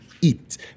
eat